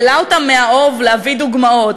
העלה אותם באוב להביא דוגמאות.